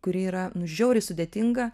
kuri yra nu žiauriai sudėtinga